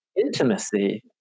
intimacy